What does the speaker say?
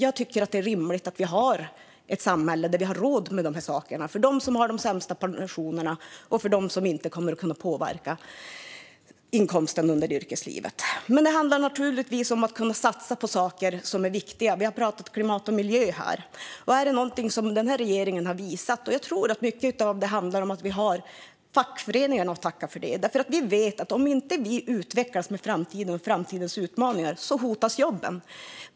Jag tycker att det är rimligt att vi har ett samhälle där vi har råd med de här sakerna för dem som har de sämsta pensionerna och för dem som inte kommer att kunna påverka inkomsten under yrkeslivet. Det gäller naturligtvis att kunna satsa på saker som är viktiga. Vi har pratat om klimat och miljö. Mycket av det som regeringen visat på detta område tror jag att vi har fackföreningarna att tacka för. Om vi inte utvecklas inför framtidens utmaningar hotas jobben.